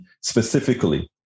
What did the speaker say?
specifically